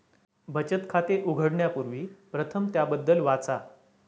बचत खाते उघडण्यापूर्वी प्रथम त्याबद्दल वाचा